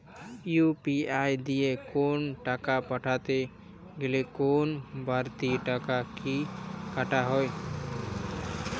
UPI দিয়ে কোন টাকা পাঠাতে গেলে কোন বারতি টাকা কি কাটা হয়?